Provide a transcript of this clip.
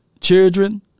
Children